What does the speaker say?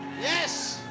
Yes